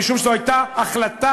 משום שזאת הייתה החלטה